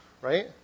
right